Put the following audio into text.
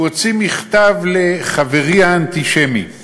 הוא הוציא מכתב ל"חברי האנטישמי";